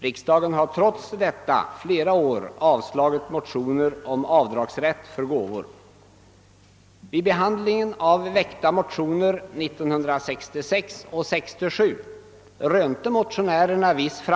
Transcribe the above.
Riksdagen har trots detta flera år avslagit motioner om avdragsrätt för gåvor. ändamål.